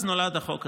אז נולד החוק הזה.